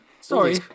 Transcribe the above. sorry